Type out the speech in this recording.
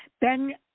Ben